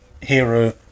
Hero